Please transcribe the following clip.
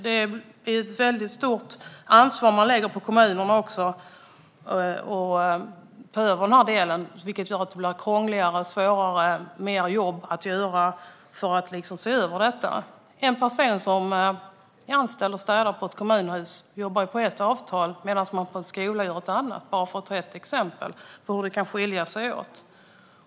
Det är ett väldigt stort ansvar man lägger på kommunerna att ta över den här delen. Det blir krångligare, svårare och mer jobb att se över detta. En person som är anställd och städar ett kommunhus jobbar på ett avtal medan man på en skola jobbar på ett annat, för att ta bara ett exempel på hur det kan skilja sig åt.